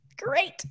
Great